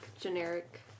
generic